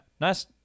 Nice